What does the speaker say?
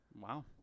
Wow